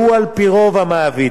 שהוא על-פי רוב המעביד,